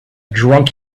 drunk